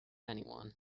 anyone